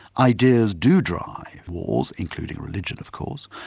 ideas do drive wars, including religion of course,